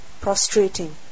prostrating